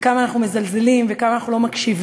וכמה אנחנו מזלזלים וכמה אנחנו לא מקשיבים.